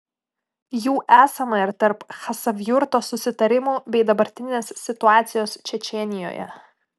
jų esama ir tarp chasavjurto susitarimų bei dabartinės situacijos čečėnijoje